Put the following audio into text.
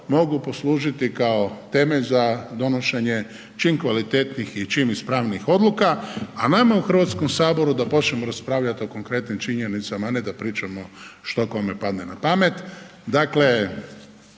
mogu poslužiti kao temelj za donošenje čim kvalitetnijih i čim ispravnijih odluka, a nama u Hrvatskom saboru da počnemo raspravljat o konkretnim činjenicama, a ne da pričamo što kome padne na pamet.